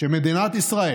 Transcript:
שמדינת ישראל,